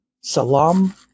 salam